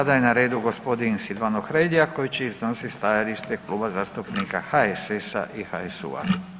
Sada je na redu g. Silvano Hrelja koji će iznositi stajalište Kluba zastupnika HSS-a i HSU-a.